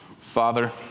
Father